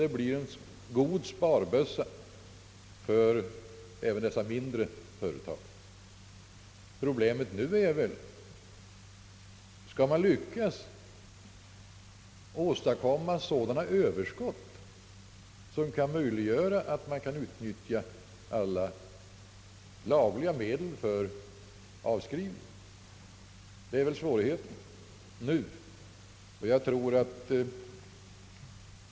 Det blir en god sparbössa även för dessa mindre företag. Problemet nu är väl: Skall man lyckas åstadkomma sådana överskott som kan möjliggöra att man kan utnyttja alla lagliga medel för avskrivning? Det är väl svårigheten nu.